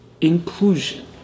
inclusion